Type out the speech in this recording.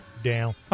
down